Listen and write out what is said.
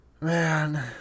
man